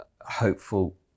hopeful